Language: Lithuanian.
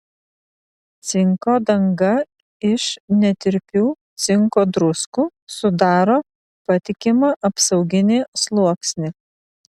cinko danga iš netirpių cinko druskų sudaro patikimą apsauginį sluoksnį